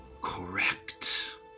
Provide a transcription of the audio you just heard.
Correct